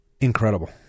Incredible